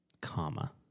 comma